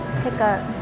pickup